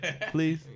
Please